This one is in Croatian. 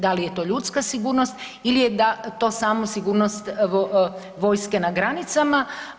Da li je to ljudska sigurnost ili to samo sigurnost vojske na granicama?